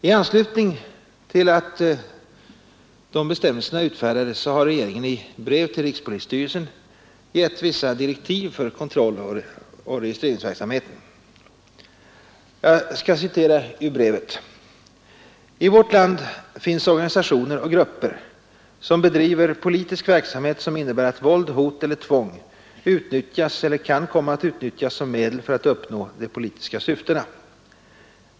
I anslutning härtill har regeringen i brev till rikspolisstyrelsen gett vissa direktiv för kontrolloch registreringsverksamheten. Jag citerar ur brevet: ”I vårt land finns organisationer och grupper som bedriver politisk verksamhet som innebär att våld, hot eller tvång utnyttjas eller kan komma att utnyttjas som medel för att uppnå de politiska syftena.